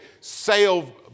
sail